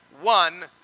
one